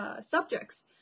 subjects